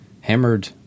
hammered